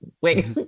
Wait